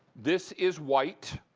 this is white.